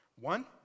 One